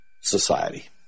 society